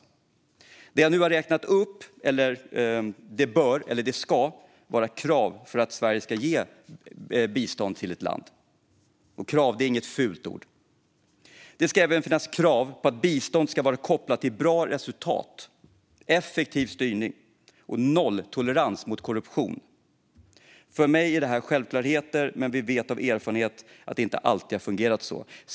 Det som jag nu har räknat upp ska vara krav för att Sverige ska ge bistånd till ett land. Och krav är inget fult ord. Det ska även finnas krav på att bistånd ska vara kopplat till bra resultat, effektiv styrning och nolltolerans mot korruption. För mig är detta självklarheter. Men vi vet av erfarenhet att det inte alltid har fungerat så.